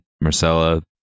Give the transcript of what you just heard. Marcella